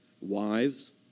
wives